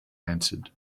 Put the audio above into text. answered